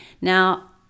Now